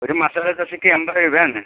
ഒരു മസാല ദോശക്ക് എൺപത് രൂപ ആണ്